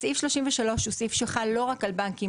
בסעיף 33 הוסיף שחל לא רק על בנקים,